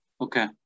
Okay